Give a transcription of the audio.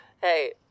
hey